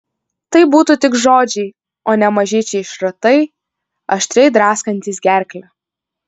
tai būtų tik žodžiai o ne mažyčiai šratai aštriai draskantys gerklę